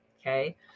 Okay